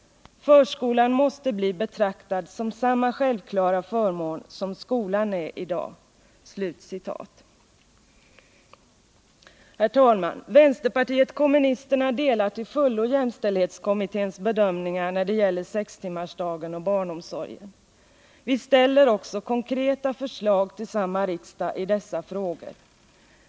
Förskolan måste bli betraktad som samma självklara förmån som skolan är i dag.” Herr talman! Vänsterpartiet kommunisterna delar till fullo jämställdhetskommitténs bedömningar när det gäller sextimmarsdagen och barnomsorgen. Vi ställer också konkreta förslag till samma riksdag i dessa frågor.